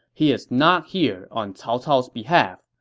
he is not here on cao cao's behalf.